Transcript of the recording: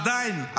עדיין,